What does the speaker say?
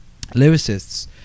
lyricists